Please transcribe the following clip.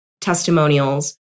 testimonials